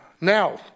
Now